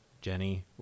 Jenny